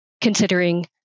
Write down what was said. considering